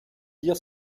dire